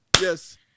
yes